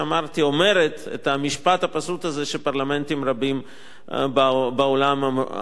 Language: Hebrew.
אומרת את המשפט הפשוט הזה שפרלמנטים רבים בעולם אמרו אותו.